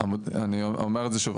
אני אומר את זה שוב,